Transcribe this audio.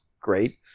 great